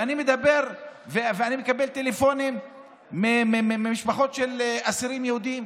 ואני מדבר ואני מקבל טלפונים ממשפחות של אסירים יהודים,